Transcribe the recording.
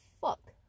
fuck